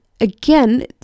again